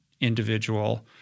individual